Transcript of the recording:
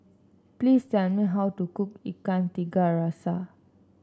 please tell me how to cook Ikan Tiga Rasa